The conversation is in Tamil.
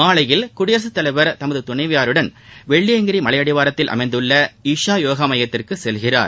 மாலையில் குடியரசுத்தலைவர் தமது துணைவியாருடன் வெள்ளியங்கிரி மலையடிவாரத்தில் அமைந்துள்ள இஷா யோகா மையத்திற்கு செல்கிறார்